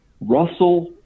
Russell